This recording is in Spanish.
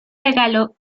regalo